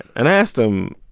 and i asked him,